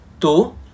Two